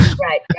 Right